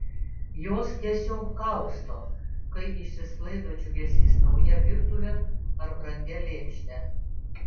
jos tiesiog kausto kai išsisklaido džiugesys nauja virtuve ar brangia lėkšte